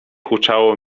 huczało